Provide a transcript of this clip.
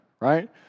right